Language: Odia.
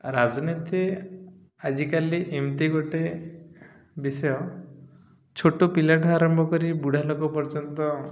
ରାଜନୀତି ଆଜିକାଲି ଏମିତି ଗୋଟେ ବିଷୟ ଛୋଟ ପିଲାଠୁ ଆରମ୍ଭ କରି ବୁଢ଼ା ଲୋକ ପର୍ଯ୍ୟନ୍ତ